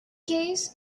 case